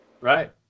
Right